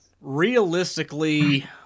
Realistically